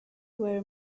were